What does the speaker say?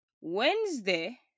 Wednesday